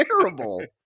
terrible